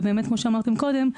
ובאמת כמו שאמרתם קודם,